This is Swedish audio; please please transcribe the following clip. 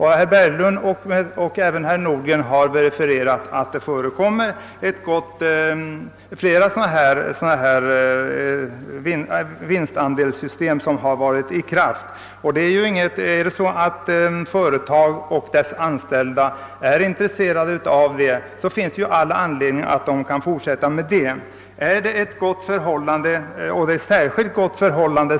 Herr Berglund och herr Nordgren har sagt att det redan existerar flera vinstandelssystem. Om företag och anställda är intreserade av sådana system, finns det all anledning att de genomför arrangemang härför.